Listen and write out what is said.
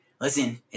Listen